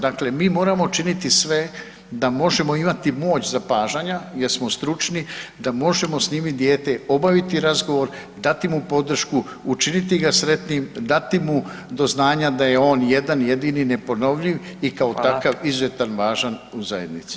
Dakle mi moramo činiti sve da možemo imati moć zapažanja jer smo stručni, da možemo snimiti dijete, obaviti razgovor, dati mu podršku, učiniti ga sretnim, dati mu do znanja da je on jedan jedini, neponovljiv i kao takav, izuzetno važan u zajednici.